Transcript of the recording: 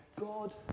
God